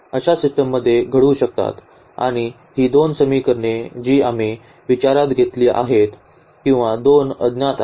अशा सिस्टममध्ये घडू शकतात आणि ही दोन समीकरणे जी आम्ही विचारात घेतली आहेत किंवा दोन अज्ञात आहेत